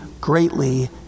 greatly